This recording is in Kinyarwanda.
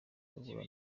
duhura